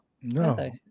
No